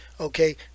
okay